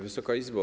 Wysoka Izbo!